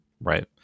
Right